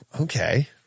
Okay